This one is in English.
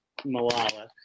Malala